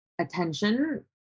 attention